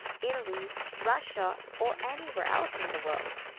italy, russia, or anywhere else in the world.